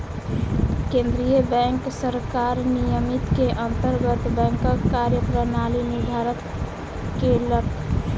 केंद्रीय बैंक सरकार विनियम के अंतर्गत बैंकक कार्य प्रणाली निर्धारित केलक